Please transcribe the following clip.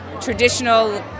Traditional